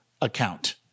account